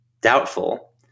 doubtful